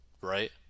right